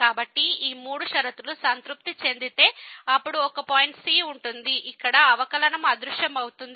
కాబట్టి ఈ మూడు షరతులు సంతృప్తి చెందితే అప్పుడు ఒక పాయింట్ c ఉంటుంది ఇక్కడ అవకలనము అదృశ్యమవుతుంది